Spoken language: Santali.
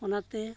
ᱚᱱᱟᱛᱮ